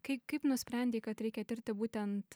kai kaip nusprendei kad reikia tirti būtent